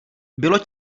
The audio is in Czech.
bylo